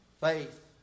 faith